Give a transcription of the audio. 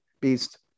beast